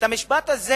את המשפט הזה,